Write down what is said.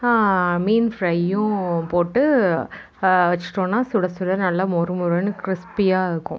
மீன் ஃப்ரையும் போட்டு வச்சிட்டோம்னா சுட சுட நல்லா மொறு மொறுன்னு கிரிஸ்பியாக இருக்கும்